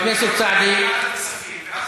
אז בואו נעשה דיון בוועדת הכספים.